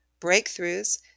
breakthroughs